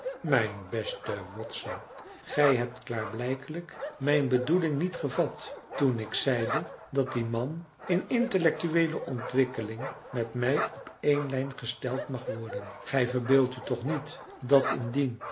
mijn beste watson gij hebt klaarblijkelijk mijn bedoeling niet gevat toen ik zeide dat die man in intellectueele ontwikkeling met mij op één lijn gesteld mag worden gij verbeeldt u toch niet dat indien